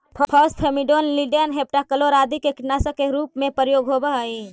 phosphamidon, lindane, heptachlor आदि के कीटनाशक के रूप में प्रयोग होवऽ हई